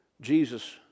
Jesus